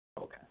okay